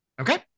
Okay